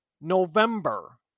November